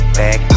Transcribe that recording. back